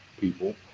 people